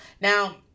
Now